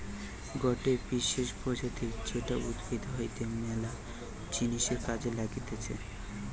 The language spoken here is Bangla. গটে বিশেষ প্রজাতি যেটা উদ্ভিদ হইতে ম্যালা জিনিসের কাজে লাগতিছে